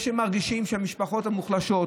יש שמרגישים שהמשפחות המוחלשות,